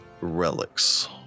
relics